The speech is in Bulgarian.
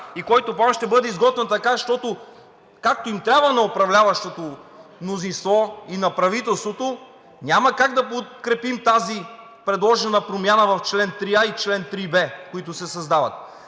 и който план ще бъде изготвен така, както му трябва на управляващото мнозинство и на правителството, няма как да подкрепим тази предложена промяна в чл. 3а и чл. 3б, които се създават.